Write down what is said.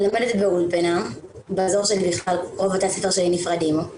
אני לומדת באולפנה ובאזור שלי רוב בתי הספר שלי נפרדים,